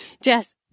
Jess